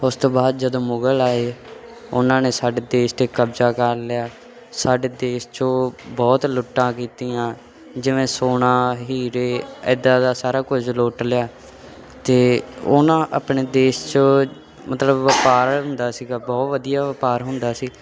ਉਸ ਤੋਂ ਬਾਅਦ ਜਦੋਂ ਮੁਗਲ ਆਏ ਉਹਨਾਂ ਨੇ ਸਾਡੇ ਦੇਸ਼ 'ਤੇ ਕਬਜ਼ਾ ਕਰ ਲਿਆ ਸਾਡੇ ਦੇਸ਼ 'ਚੋਂ ਬਹੁਤ ਲੁੱਟਾਂ ਕੀਤੀਆਂ ਜਿਵੇਂ ਸੋਨਾ ਹੀਰੇ ਇੱਦਾਂ ਦਾ ਸਾਰਾ ਕੁਝ ਲੁੱਟ ਲਿਆ ਅਤੇ ਉਹਨਾਂ ਆਪਣੇ ਦੇਸ਼ 'ਚੋਂ ਮਤਲਬ ਵਪਾਰ ਹੁੰਦਾ ਸੀਗਾ ਬਹੁਤ ਵਧੀਆ ਵਪਾਰ ਹੁੰਦਾ ਸੀ